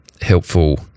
helpful